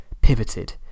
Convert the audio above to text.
pivoted